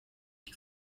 die